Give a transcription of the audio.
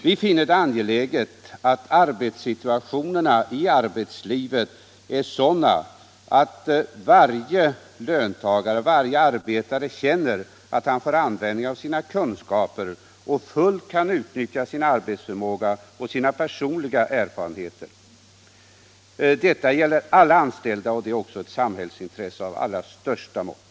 Vi finner det angeläget att arbetssituationerna i arbetslivet är sådana att varje löntagare känner att han får användning för sina kunskaper och kan utnyttja sin arbetsförmåga och sina personliga erfarenheter. Detta gäller alla anställda, och det är också ett samhällsintresse av allra största vikt.